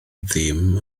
ddim